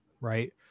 right